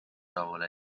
rahule